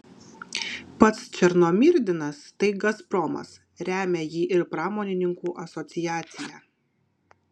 pats černomyrdinas tai gazpromas remia jį ir pramonininkų asociacija